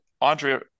Andrea